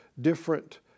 different